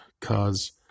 cause